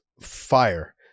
fire